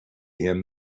him